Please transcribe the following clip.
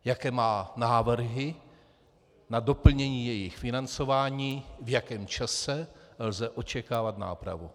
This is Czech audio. Jaké má návrhy na doplnění jejich financování, v jakém čase lze očekávat nápravu?